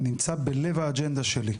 נמצא בלב האג'נדה שלי,